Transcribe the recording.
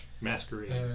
Masquerade